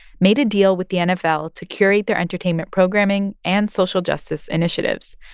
made a deal with the nfl to curate their entertainment programming and social justice initiatives.